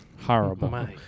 horrible